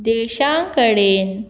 देशां कडेन